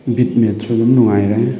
ꯕꯤꯠꯃꯦꯠꯁꯨ ꯑꯗꯨꯝ ꯅꯨꯡꯉꯥꯏꯔꯦ